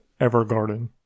Evergarden